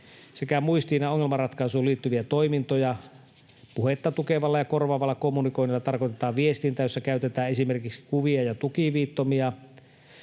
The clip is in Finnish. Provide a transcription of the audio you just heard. sekä muistiin ja ongelmanratkaisuun liittyviä toimintoja, puhetta tukevalla ja korvaavalla kommunikoinnilla tarkoitetaan viestintää, jossa käytetään esimerkiksi kuvia ja tukiviittomia,